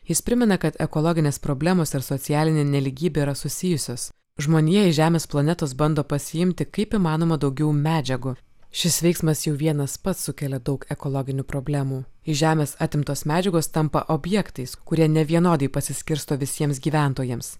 jis primena kad ekologinės problemos ar socialinė nelygybė yra susijusios žmonija iš žemės planetos bando pasiimti kaip įmanoma daugiau medžiagų šis veiksmas jau vienas pats sukelia daug ekologinių problemų iš žemės atimtos medžiagos tampa objektais kurie nevienodai pasiskirsto visiems gyventojams